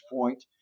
point